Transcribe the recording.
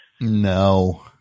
No